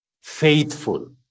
faithful